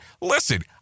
Listen